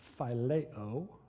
phileo